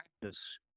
practice